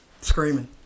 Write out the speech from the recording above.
screaming